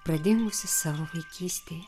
pradingusi savo vaikystėje